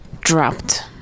dropped